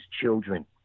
children